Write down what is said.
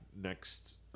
next